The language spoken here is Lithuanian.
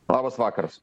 labas vakaras